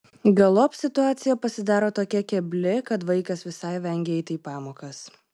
galop situacija pasidaro tokia kebli kad vaikas visai vengia eiti į pamokas